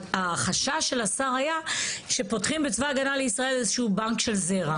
החשש של השר היה שפותחים בצבא הגנה לישראל איזה שהוא בנק זרע.